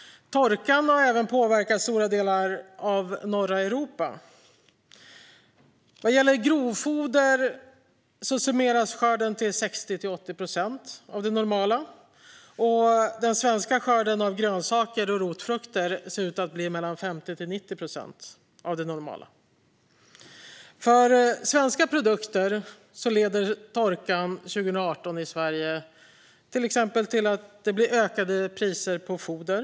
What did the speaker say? Torkan har även påverkat stora delar av norra Europa. Vad gäller grovfoder summeras skörden till 60-80 procent av det normala. Den svenska skörden av grönsaker och rotfrukter ser ut att bli 50-90 procent av det normala. För svenska produkter leder torkan 2018 i Sverige till exempel till att det blir ökade priser på foder.